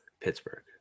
Pittsburgh